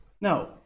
no